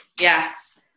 Yes